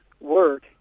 work